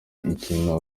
ikintu